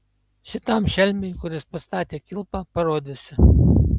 šitam šelmiui kuris pastatė kilpą parodysiu